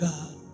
God